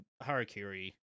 Harakiri